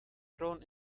drawn